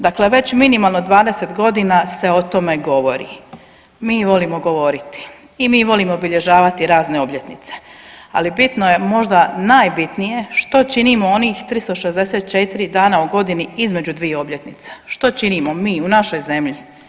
Dakle, već minimalno 20 godina se o tome govori, mi volimo govoriti i mi volimo obilježavati razne obljetnice, ali bitno je možda najbitnije što činimo onih 364 dana u godini između dvije obljetnice, što činimo mi u našoj zemlji?